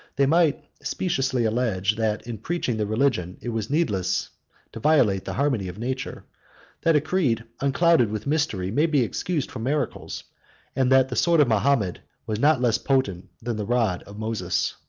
they might speciously allege, that in preaching the religion it was needless to violate the harmony of nature that a creed unclouded with mystery may be excused from miracles and that the sword of mahomet was not less potent than the rod of moses.